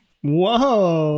Whoa